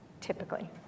typically